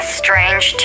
strange